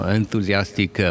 enthusiastic